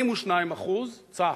42% צה"ל,